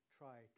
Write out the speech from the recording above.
try